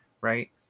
right